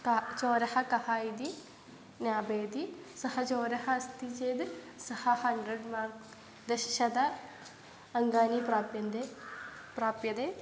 क चोरः कः इति ज्ञापयति सः चोरः अस्ति चेद् सः हण्ड्रेड् मार्क् दश अङ्गानि प्राप्यन्ते प्राप्यन्ते